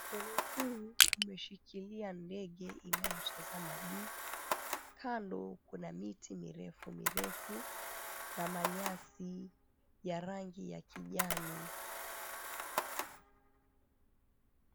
Mkono huu umeshikilia ndege inayotazama juu. Kando kuna miti mirefu mirefu na manyasi ya rangi ya kijani.